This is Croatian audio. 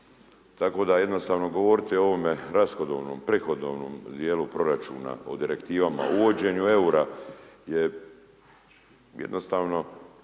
Tako da jednostavno govoriti o ovome rashodovnoj, prihodovnom dijelu proračuna, o direktivama, uvođenje eura